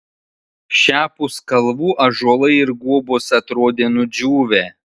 šiapus kalvų ąžuolai ir guobos atrodė nudžiūvę